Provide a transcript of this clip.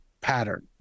pattern